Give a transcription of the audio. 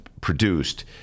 produced